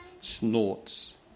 snorts